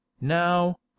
now